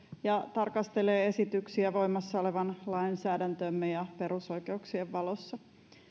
ja tarkastelee esityksiä voimassa olevan lainsäädäntömme ja perusoikeuksien valossa